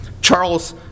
Charles